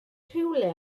rhywle